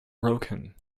broken